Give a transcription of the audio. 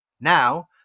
Now